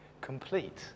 complete